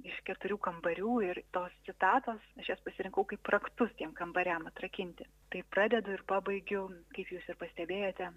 iš keturių kambarių ir tos citatos aš jas pasirinkau kaip raktus tiem kambariam atrakinti tai pradedu ir pabaigiu kaip jūs ir pastebėjote